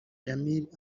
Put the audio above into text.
jamil